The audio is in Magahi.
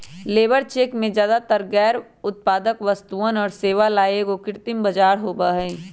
लेबर चेक में ज्यादातर गैर उत्पादक वस्तुअन और सेवा ला एगो कृत्रिम बाजार होबा हई